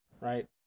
right